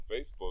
Facebook